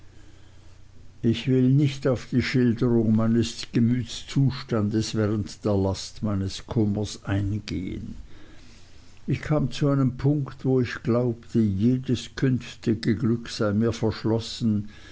ich will nicht auf die schilderung meines gemütszustandes während der last meines kummers eingehen ich kam zu einem punkt wo ich glaubte jedes künftige glück sei mir verschlossen